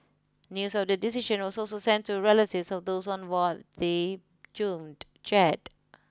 news of the decision was so sent to relatives of those on board the doomed jet